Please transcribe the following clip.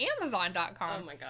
Amazon.com